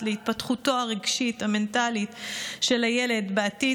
להתפתחותו הרגשית והמנטלית של הילד בעתיד,